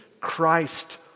Christ